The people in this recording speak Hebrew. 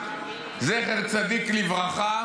חבר הכנסת ארז מלול, נא לאפשר לו לדבר.